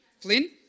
Flynn